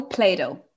Play-Doh